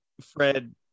Fred